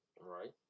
Right